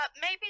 maybe-